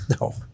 no